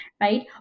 right